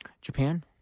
Japan